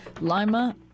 Lima